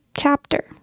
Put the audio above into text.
chapter